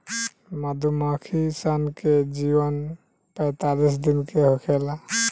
मधुमक्खी सन के जीवन पैतालीस दिन के होखेला